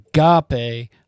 agape